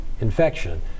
infection